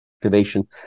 activation